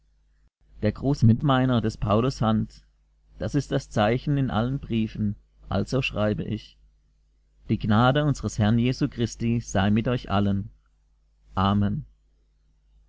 der gruß mit meiner des paulus hand das ist das zeichen in allen briefen also schreibe ich die gnade unsers herrn jesu christi sei mit euch allen amen